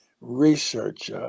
research